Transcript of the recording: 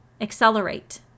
accelerate